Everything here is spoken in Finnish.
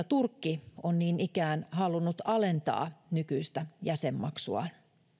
turkki on niin ikään halunnut alentaa nykyistä jäsenmaksuaan